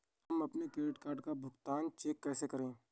हम अपने credit card का भुगतान चेक से कैसे करें?